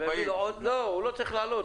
הוא לא צריך להעלות.